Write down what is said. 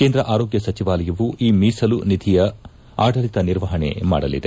ಕೇಂದ್ರ ಆರೋಗ್ಗ ಸಚಿವಾಲಯವು ಈ ಮೀಸಲು ನಿಧಿಯ ಆಡಳಿತ ನಿರ್ವಹಣೆ ಮಾಡಲಿದೆ